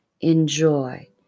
enjoy